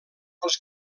els